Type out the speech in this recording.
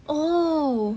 oh